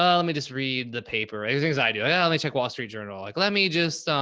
um let me just read the paper. everything's i do, yeah. let me check wall street journal. like, let me just,